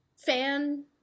fan